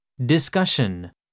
Discussion